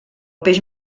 peix